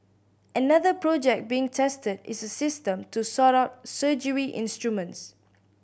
another project being tested is a system to sort out surgery instruments